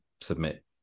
submit